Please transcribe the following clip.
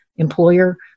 employer